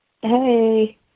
Hey